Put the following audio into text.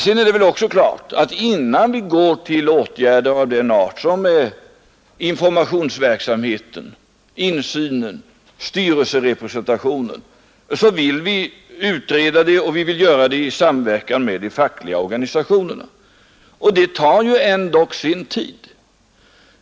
Sedan är det väl också klart att innan vi vidtar åtgärder beträffande informationsverksamheten, insynen, styrelserepresentationen osv., så vill vi utreda detta, och vi vill göra det i samverkan med de fackliga organisationerna. Det tar sin tid.